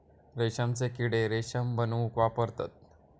रेशमचे किडे रेशम बनवूक वापरतत